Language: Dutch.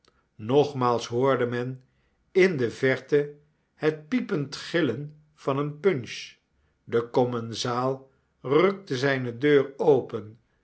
nogmaals hoorde men in de verte het piepend gillen van een punch de commensaal rukte zijne deur open